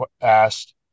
asked